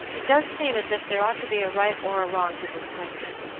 it does seem as if there ought to be a right or a wrong to this ques tion.